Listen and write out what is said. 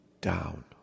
down